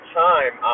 time